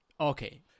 Okay